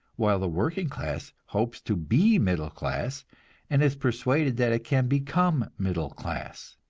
while the working class hopes to be middle class and is persuaded that it can become middle class.